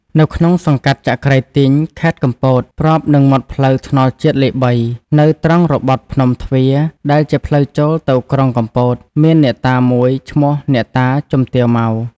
នៅក្នុងសង្កាត់ចក្រីទីង ខេត្តកំពត ប្របនឹងមាត់ផ្លូវថ្នល់ជាតិលេខ ៣ នៅត្រង់របត់ភ្នំទ្វារ ដែលជាផ្លូវចូលទៅក្រុងកំពត មានអ្នកតាមួយឈ្មោះអ្នកតា "ជំទាវ ម៉ៅ" ។